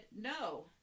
no